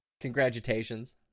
Congratulations